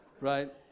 Right